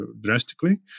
drastically